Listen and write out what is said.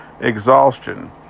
exhaustion